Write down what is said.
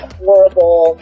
horrible